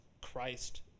christ